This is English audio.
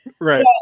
Right